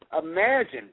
Imagine